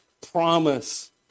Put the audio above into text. promise